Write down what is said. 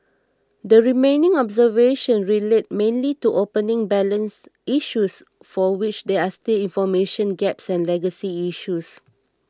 the remaining observations relate mainly to opening balance issues for which there are still information gaps and legacy issues